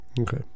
Okay